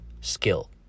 skill